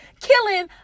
killing